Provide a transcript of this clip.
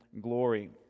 glory